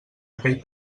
aquell